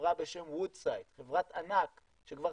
חברה בשם וודסייד, חברת ענק שכבר